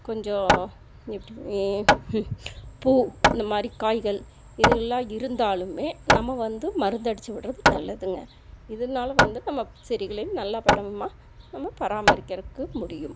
கொஞ்சம் எப்படி பூ இந்தமாதிரி காய்கள் இது எல்லாம் இருந்தாலுமே நம்ம வந்து மருந்து அடிச்சு விடுறது நல்லதுங்க இதனால வந்து நம்ம செடிகளையும் நல்ல பட்டமாக நம்ம பராமரிக்கறக்கு முடியும்